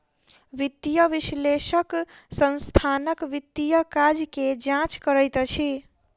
वित्तीय विश्लेषक संस्थानक वित्तीय काज के जांच करैत अछि